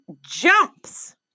jumps